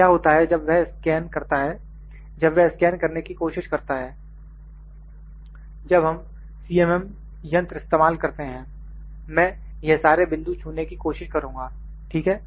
क्या होता है जब वह स्कैन करता है जब वह स्कैन करने की कोशिश करता है जब हम सीएम एम यंत्र इस्तेमाल करते हैं मैं यह सारे बिंदु छूने की कोशिश करुंगा ठीक है